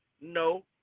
No